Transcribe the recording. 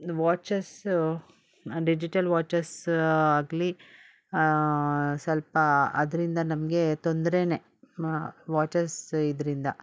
watches digital watches ಆಗಲಿ ಸ್ವಲ್ಪ ಅದರಿಂದ ನಮಗೆ ತೊಂದರೆನೇ ವಾಚಸ್ಸ್ ಇದರಿಂದ